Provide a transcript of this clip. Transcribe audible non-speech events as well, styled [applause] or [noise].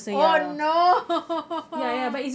oh no [laughs]